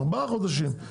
ארבעה חודשים.